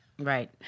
Right